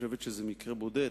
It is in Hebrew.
חושבת שזה מקרה בודד,